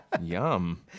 Yum